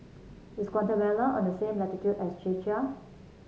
is Guatemala on the same latitude as Czechia